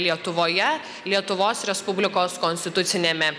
lietuvoje lietuvos respublikos konstituciniame